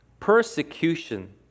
Persecution